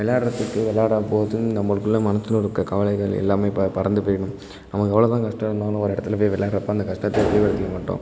விள்ளாட்றத்துக்கு விள்ளாட போதும் நம்மளுக்குள்ளே மனசில் இருக்கற கவலைகள் எல்லாமே ப பறந்துப் போயிடும் நமக்கு எவ்வளோ தான் கஷ்டம் இருந்தாலும் ஒரு இடத்துலப் போய் விள்ளாட்றப்ப அந்த கஷ்டத்த எடுத்துக்கவே எடுத்துக்க மாட்டோம்